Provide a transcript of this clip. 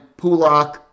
Pulak